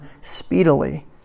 speedily